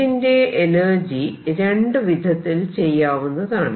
ഇതിന്റെ എനർജി രണ്ടു വിധത്തിൽ ചെയ്യാവുന്നതാണ്